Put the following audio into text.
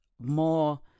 more